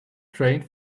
trained